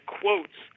quotes